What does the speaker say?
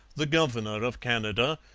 the governor of canada,